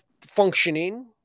functioning